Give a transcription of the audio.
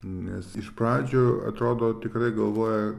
nes iš pradžių atrodo tikrai galvoja